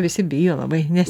visi bijo labai nes